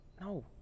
No